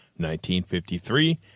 1953